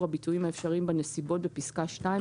"הביטויים האפשריים בנסיבות" בפסקה (2),